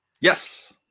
Yes